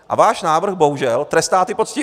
A váš návrh bohužel trestá ty poctivé.